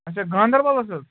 اچھا گاندَربَلَس حظ